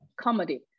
comedy